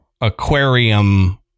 aquarium